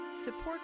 Support